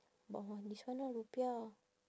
but this one ah rupiah